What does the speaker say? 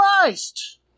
Christ